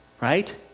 right